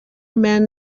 men